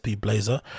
blazer